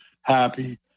happy